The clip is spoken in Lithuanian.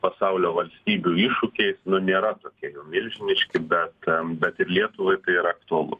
pasaulio valstybių iššūkiais nu nėra tokie jau milžiniški bet bet ir lietuvai tai yra aktualu